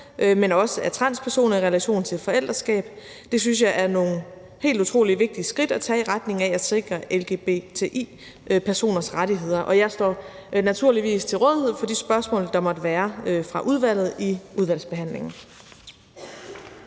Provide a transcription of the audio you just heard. men også af transpersoner i relation til forældreskab, og det synes jeg er nogle helt utrolig vigtige skridt at tage i retning af at sikre lgbti-personers rettigheder, og jeg står naturligvis til rådighed for de spørgsmål, der måtte være fra udvalget, i udvalgsbehandlingen.